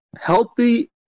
healthy